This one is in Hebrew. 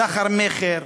סחר-מכר.